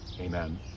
Amen